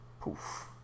Poof